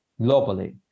globally